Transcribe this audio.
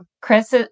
Chris